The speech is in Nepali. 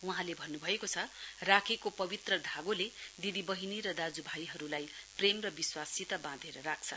वहाँले भन्नु भएको छ राखीको पवित्र धागोले दिदी बहिनी र दाज्यु भाईहरूलाई प्रेम र विश्वाससित बाँधेर राख्छ